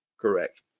correct